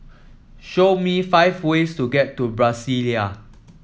show me five ways to get to Brasilia